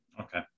Okay